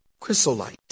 chrysolite